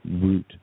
root